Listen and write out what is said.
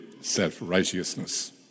self-righteousness